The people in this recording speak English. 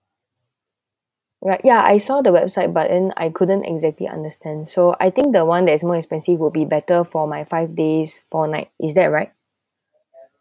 right yeah I saw the website but then I couldn't exactly understand so I think the one that is more expensive will be better for my five days four night is that right